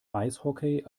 eishockey